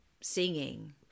singing